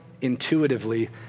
intuitively